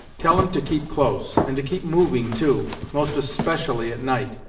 tell em to keep close, and to keep moving too, most especially at night.